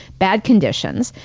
bad conditions,